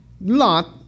Lot